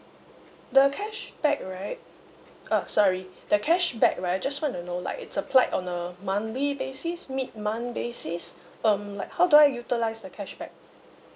the cashback right uh sorry the cashback right I just want to know like it's applied on a monthly basis mid-month basis um like how do I utilise the cashback